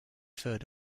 third